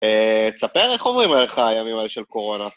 תספר איך עוברים עליך הימים האלה של קורונה.